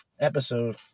episode